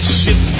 ship